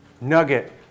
nugget